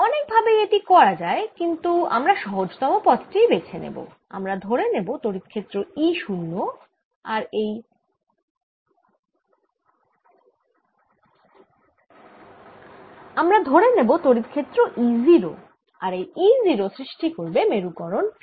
অনেক ভাবেই এটি করা যায় কিন্তু আমরা সহজতম পথ টিই বেছে নেব আমরা ধরে নেব তড়িৎ ক্ষেত্র E 0 আর এই E 0 সৃষ্টি করবে মেরুকরন P